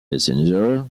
passengers